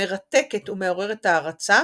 מרתקת ומעוררת הערצה,